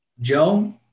Joe